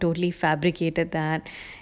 totally fabricated that